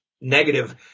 negative